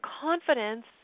confidence